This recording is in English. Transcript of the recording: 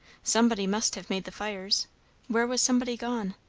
somebody must have made the fires where was somebody gone?